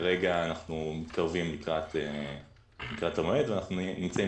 כרגע אנחנו מתקרבים למועד ואנחנו נמצאים